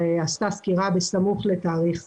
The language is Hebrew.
עשתה סקירה בסמוך לתאריך זה.